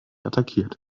attackiert